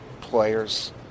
players